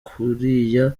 kuriya